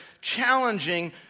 challenging